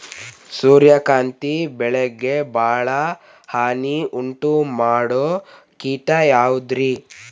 ಸೂರ್ಯಕಾಂತಿ ಬೆಳೆಗೆ ಭಾಳ ಹಾನಿ ಉಂಟು ಮಾಡೋ ಕೇಟ ಯಾವುದ್ರೇ?